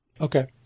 Okay